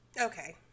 Okay